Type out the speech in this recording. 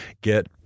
get